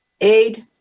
aid